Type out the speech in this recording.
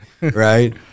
right